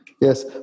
Yes